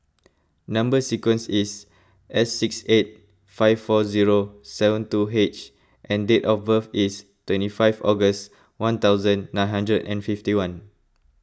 Number Sequence is S six eight five four zero seven two H and date of birth is twenty five August one thousand nine hundred and fifty one